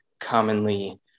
commonly